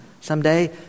Someday